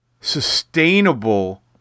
sustainable